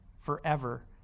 forever